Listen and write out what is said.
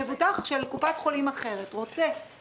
רוצה ללכת לרופא אחר במהלך אותו רבעון הוא יכול